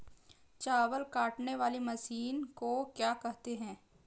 चावल काटने वाली मशीन को क्या कहते हैं?